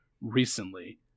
recently